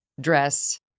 dress